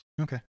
Okay